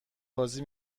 بازی